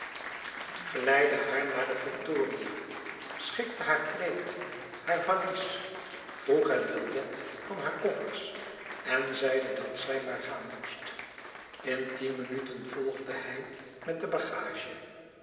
geleidde haar naar de victoria schikte haar plaid haar valies vroeg het biljet van hare koffers en zeide dat zij maar gaan moest in tien minuten volgde hij met de bagage